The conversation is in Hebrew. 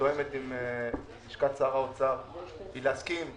מתואמת עם לשכת שר האוצר - היא להסכים.